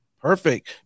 Perfect